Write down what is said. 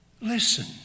Listen